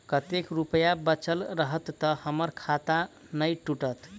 कतेक रुपया बचल रहत तऽ हम्मर खाता नै टूटत?